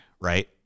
right